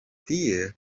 tie